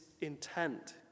intent